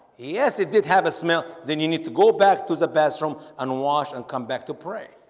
yes, it did have a smell then. you need to go back to the bathroom and wash and come back to pray